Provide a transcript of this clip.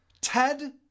TED